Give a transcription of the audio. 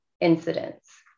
incidents